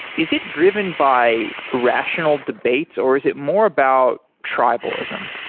is it driven by rational debates or is it more about tribalism?